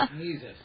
Jesus